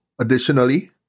Additionally